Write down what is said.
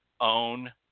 own